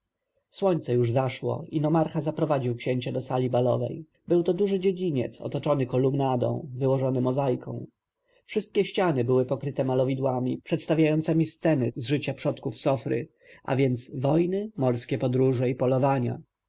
słońce już zaszło i nomarcha zaprowadził księcia do sali balowej był to duży dziedziniec otoczony kolumnadą wyłożoną mozaiką wszystkie ściany były pokryte malowidłami przedstawiającemi sceny z życia przodków sofry a więc wojny morskie podróże i polowania